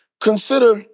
Consider